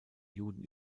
juden